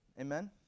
amen